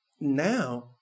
now